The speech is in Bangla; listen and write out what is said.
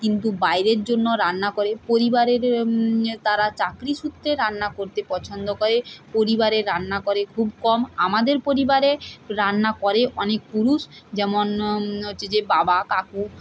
কিন্তু বাইরের জন্য রান্না করে পরিবারের তারা চাকরি সূত্রে রান্না করতে পছন্দ করে পরিবারে রান্না করে খুব কম আমাদের পরিবারে রান্না করে অনেক পুরুষ যেমন হচ্ছে যে বাবা কাকু